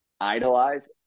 idolize